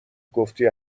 گفتی